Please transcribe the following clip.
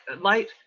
light